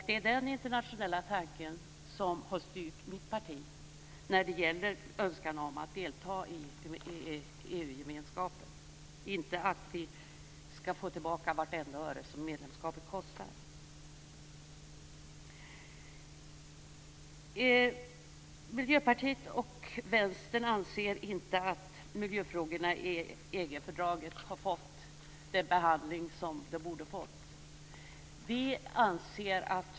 Det är den internationella tanken som har styrt mitt parti när det gäller önskan om att delta i EU-gemenskapen - inte att vi skall få tillbaka vartenda öre som medlemskapet kostar. Miljöpartiet och Vänstern anser inte att miljöfrågorna har fått den behandling som de borde ha fått i EG-fördraget.